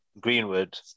Greenwood